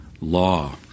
law